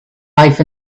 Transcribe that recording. life